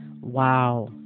Wow